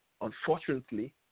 Unfortunately